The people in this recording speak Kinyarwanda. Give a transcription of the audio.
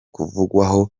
kuvugwaho